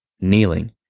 Kneeling